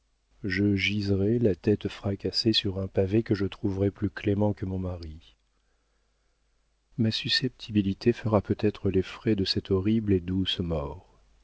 je giserai la tête fracassée sur un pavé que je trouverai plus clément que mon mari ma susceptibilité fera peut-être les frais de cette horrible et douce mort